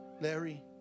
Larry